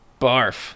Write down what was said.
Barf